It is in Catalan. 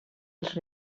els